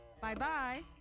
bye-bye